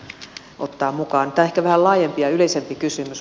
tämä on ehkä vähän laajempi ja yleisempi kysymys